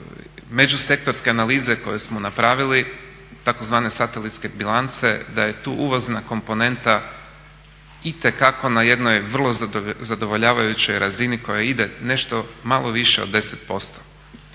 međusektorske analize koju smo napravili tzv. satelitske bilance da je tu uvozna komponenta itekako na jednoj vrlo zadovoljavajućoj razini koja ide nešto malo više od 10%.